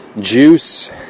juice